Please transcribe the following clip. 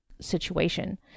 situation